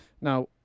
Now